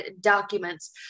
documents